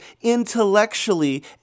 intellectually